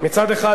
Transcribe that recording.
מצד אחד,